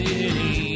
City